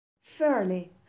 Fairly